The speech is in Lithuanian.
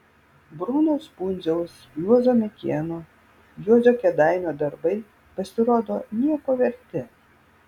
broniaus pundziaus juozo mikėno juozo kėdainio darbai pasirodo nieko verti